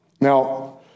Now